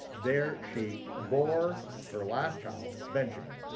there she bore her last child, benjamin,